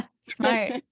smart